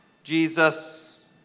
Jesus